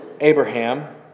Abraham